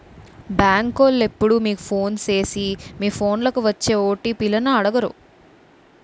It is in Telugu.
బేంకోలు ఎప్పుడూ మీకు ఫోను సేసి మీ ఫోన్లకి వచ్చే ఓ.టి.పి లను అడగరు